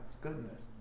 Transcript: goodness